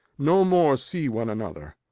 no more see one another.